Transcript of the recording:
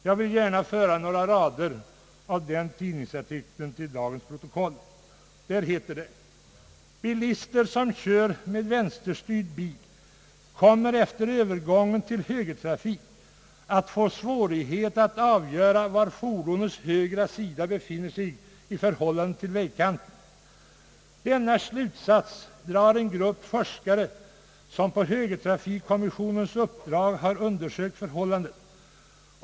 Jag vill gärna föra några rader av den tidningsartikeln till dagens protokoll. I artikeln heter det: »Bilister som kör med vänsterstyrd bil kommer efter övergången till högertrafik att få svårigheter att avgöra var fordonets högra sida befinner sig i förhållande till vägkanten. Denna slutsats drar en grupp forskare som på högertrafikkommissionens uppdrag har undersökt förhållandet.